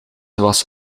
was